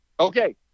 Okay